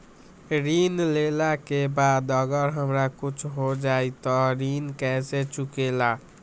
ऋण लेला के बाद अगर हमरा कुछ हो जाइ त ऋण कैसे चुकेला?